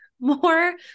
more